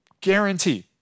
guarantee